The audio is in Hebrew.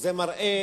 זה מראה